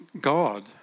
God